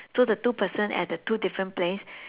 so the two person at the two different place